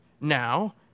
Now